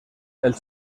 els